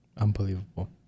Unbelievable